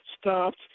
stopped